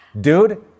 Dude